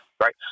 right